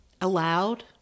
allowed